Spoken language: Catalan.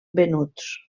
venuts